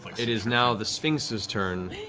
it is now the sphinx's turn.